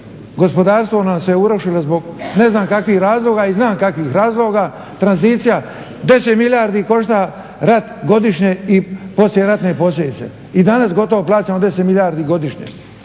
Gospodarstvo nam se urušilo zbog, ne znam kakvih razloga i znam kakvih razloga tranzicija, 10 milijardi košta rad godišnje i poslijeratne posljedice. I danas gotovo plaćamo 10 milijardi godišnje.